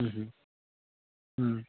ও হু